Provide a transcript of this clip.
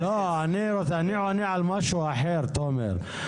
לא, אני עונה על משהו אחר, תומר.